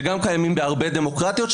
שגם קיימים בהרבה דמוקרטיות,